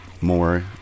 more